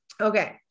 Okay